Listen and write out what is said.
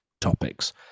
topics